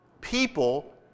people